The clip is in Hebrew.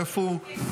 איפה --- איפה הוא?